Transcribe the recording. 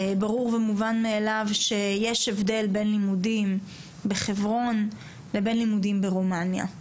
ברור ומובן מאליו שיש הבדל בין לימודים בחברון לבין לימודים ברומניה.